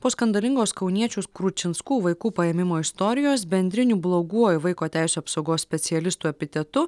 po skandalingos kauniečių kručinskų vaikų paėmimo istorijos bendriniu bloguoju vaiko teisių apsaugos specialistų epitetu